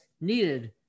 needed